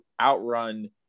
outrun